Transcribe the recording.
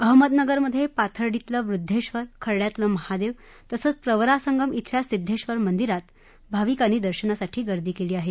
अहमदनगरात पाथर्डीतलं वृद्वेबर खर्ड्यातलं महादेव तसंच प्रवरा संगम इथल्या सिद्वेबर मंदिरात भाविकांनी दर्शनासाठी गर्दी केली आहे